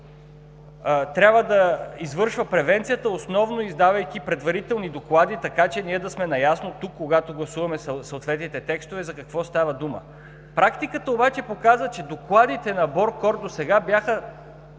трябва да извършва превенцията, основно издавайки предварителни доклади, така че ние да сме наясно, когато гласуваме съответните текстове, за какво става дума. Практиката обаче показа, че докладите на БОРКОР досега бяха